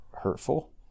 hurtful